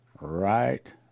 Right